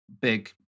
Big